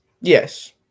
yes